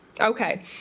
Okay